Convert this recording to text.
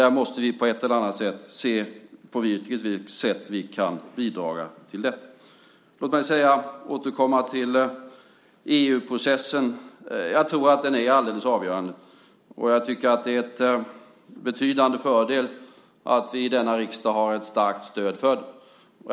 Där måste vi se hur vi kan bidra. Låt mig återkomma till EU-processen. Jag tror att den är alldeles avgörande, och det är en betydande fördel att vi i denna riksdag har ett starkt stöd för den.